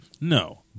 No